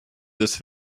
this